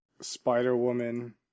Spider-woman